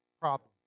problem